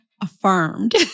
Affirmed